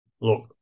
Look